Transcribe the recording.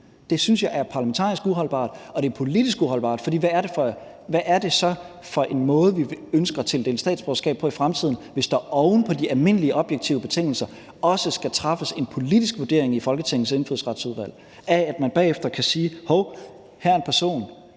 Det synes jeg er parlamentarisk uholdbart, og det er politisk uholdbart, for hvad er det så for en måde, vi ønsker at tildele statsborgerskab på i fremtiden, hvis der oven på de almindelige objektive betingelser også skal træffes en politisk vurdering i Folketingets Indfødsretsudvalg og man bagefter kan sige: Hov, her er en person,